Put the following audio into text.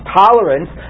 tolerance